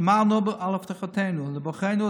שמרנו על הבטחותינו לבוחרינו,